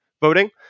voting